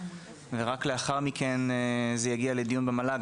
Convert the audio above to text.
ורק לאחר מכן זה יגיע לדיון במל"ג.